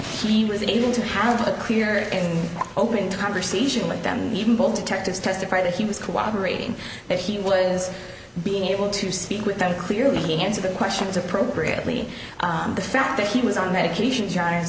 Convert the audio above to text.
he was able to have a clear and open conversation with them even both detectives testified that he was cooperating that he was being able to speak with them clearly answer the questions appropriate lee the fact that he was on medication g